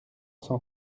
cent